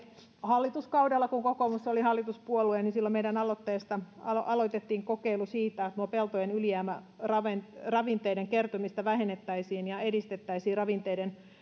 hallituskaudella kun kokoomus oli hallituspuolue meidän aloitteestamme aloitettiin kokeilu siitä että peltojen ylijäämäravinteiden kertymistä vähennettäisiin ja edistettäisiin ravinteiden